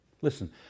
Listen